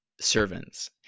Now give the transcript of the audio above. servants